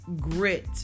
GRIT